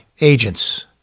agents